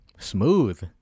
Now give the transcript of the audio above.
Smooth